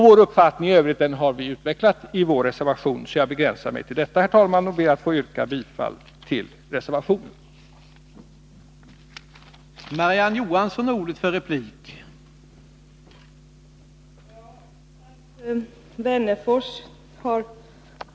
Vår uppfattning i övrigt har vi utvecklat i vår reservation, varför jag begränsar mig till detta och ber att få yrka bifall till reservation nr 1 i arbetsmarknadsutskottets betänkande nr 15.